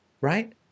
Right